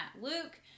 Luke